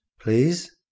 please